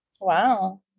wow